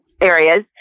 areas